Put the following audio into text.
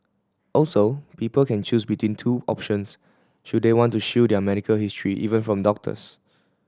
also people can choose between two options should they want to shield their medical history even from doctors